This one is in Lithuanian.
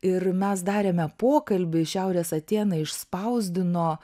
ir mes darėme pokalbį šiaurės atėnai išspausdino